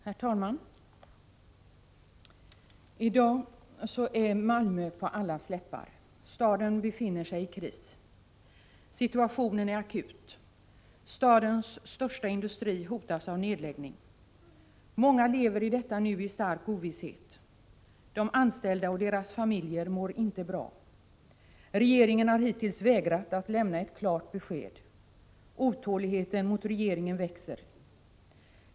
Herr talman! I dag är Malmö på allas läppar. Staden befinner sig i kris. Situationen är akut. Stadens största industri hotas av nedläggning. Många lever i detta nu i stark ovisshet. De anställda och deras familjer mår inte bra. Regeringen har hittills vägrat att lämna ett klart besked. Otåligheten mot regeringen växer.